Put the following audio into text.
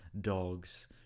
dogs